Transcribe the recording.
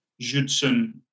Judson